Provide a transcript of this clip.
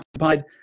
occupied